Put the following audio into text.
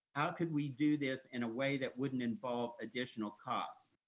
how could we do this in a way that wouldn't involve additional costs?